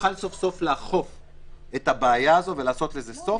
נוכל לאכוף סוף-סוף את הבעיה הזו ולעשות לזה סוף